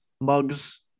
mugs